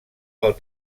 del